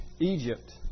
Egypt